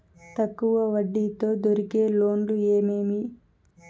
తక్కువ వడ్డీ తో దొరికే లోన్లు ఏమేమి